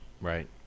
Right